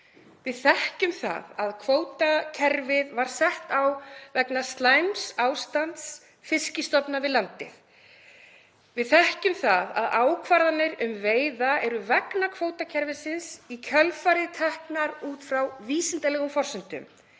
Við þekkjum það að kvótakerfið var sett á vegna slæms ástands fiskstofna við landið. Við þekkjum það að ákvarðanir um veiðar eru vegna kvótakerfisins í kjölfarið teknar út frá vísindalegum forsendum.